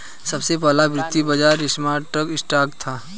सबसे पहला वित्तीय बाज़ार एम्स्टर्डम स्टॉक था